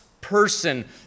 person